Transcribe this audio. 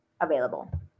available